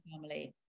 family